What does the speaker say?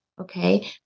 Okay